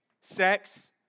sex